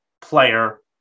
player